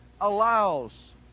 allows